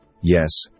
Yes